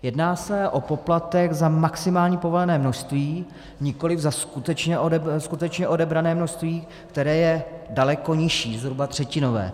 Jedná se o poplatek za maximální povolené množství, nikoli za skutečně odebrané množství, které je daleko nižší, zhruba třetinové.